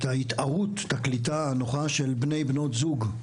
בהתערות, בקליטה הנוחה של בני, בנות זוג.